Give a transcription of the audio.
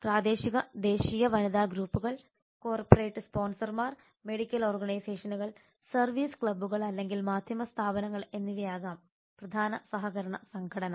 പ്രാദേശിക ദേശീയ വനിതാ ഗ്രൂപ്പുകൾ കോർപ്പറേറ്റ് സ്പോൺസർമാർ മെഡിക്കൽ ഓർഗനൈസേഷനുകൾ സർവീസ് ക്ലബ്ബുകൾ അല്ലെങ്കിൽ മാധ്യമ സ്ഥാപനങ്ങൾ എന്നിവയാകാം പ്രധാന സഹകരണ സംഘടന